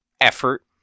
effort